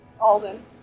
Alden